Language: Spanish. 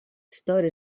store